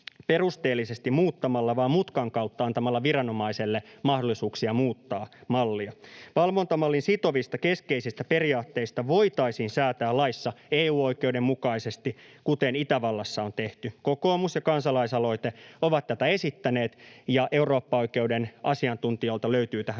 perusteellisesti muuttamalla vaan mutkan kautta antamalla viranomaiselle mahdollisuuksia muuttaa mallia. Valvontamallin sitovista keskeisistä periaatteista voitaisiin säätää laissa EU-oikeuden mukaisesti, kuten Itävallassa on tehty. Kokoomus ja kansalaisaloite ovat tätä esittäneet, ja eurooppaoikeuden asiantuntijoilta löytyy tähän